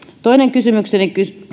toinen kysymykseni